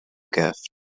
gift